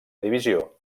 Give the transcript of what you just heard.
divisió